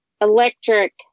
electric